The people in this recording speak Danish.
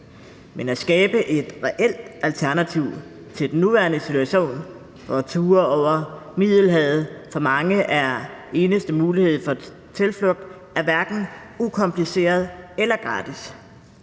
Men at skabe et reelt alternativ til den nuværende situation, hvor turen over Middelhavet for mange er eneste mulighed for tilflugt, er hverken ukompliceret eller gratis.